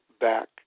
back